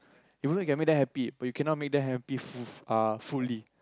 you know you can make them happy but you cannot make them happy full uh fully